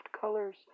colors